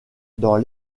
dans